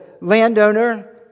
landowner